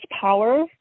power